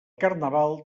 carnaval